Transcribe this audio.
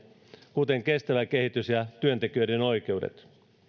kuten kestävä kehitys ja työntekijöiden oikeudet